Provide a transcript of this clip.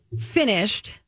finished